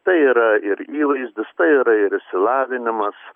tai yra ir įvaizdis tai yra ir išsilavinimas